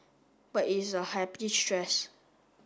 but it's a happy stress